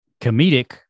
comedic